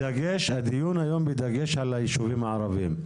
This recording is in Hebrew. הדיון היום הוא בדגש על הישובים הערבים.